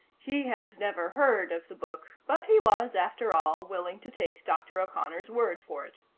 he had never heard of the book, but he was, after all, willing to take dr. o'connor's word for it.